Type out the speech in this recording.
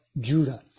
Judah